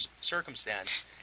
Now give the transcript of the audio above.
circumstance